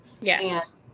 Yes